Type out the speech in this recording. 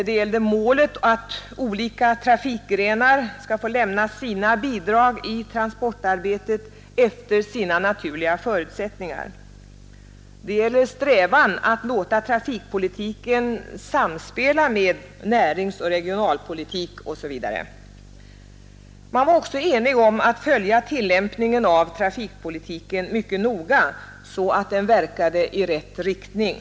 Det gäller målet att olika trafikgrenar skall lämna sina bidrag i transportarbetet efter sina naturliga förutsättningar; det gäller strävan att låta trafikpolitiken samspela med näringsoch regionalpolitiken osv. Man var också enig om att följa tillämpningen av trafikpolitiken mycket noga, så att den verkade i rätt riktning.